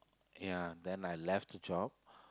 ya then I left the job